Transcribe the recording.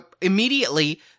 immediately